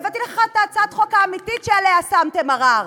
והבאתי לך את הצעת החוק האמיתית שעליה שמתם ערר.